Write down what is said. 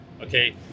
Okay